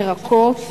ירקות,